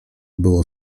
było